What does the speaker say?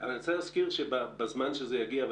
אני רוצה להזכיר שבזמן שזה יגיע,